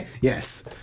yes